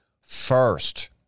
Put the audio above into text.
first